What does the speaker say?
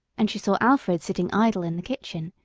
and she saw alfred sitting idle in the kitchen,